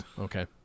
okay